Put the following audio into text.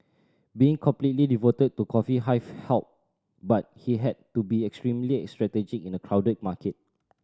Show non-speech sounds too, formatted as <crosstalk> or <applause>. being completely devoted to Coffee Hive helped but he had to be extremely <unintelligible> strategic in a crowded market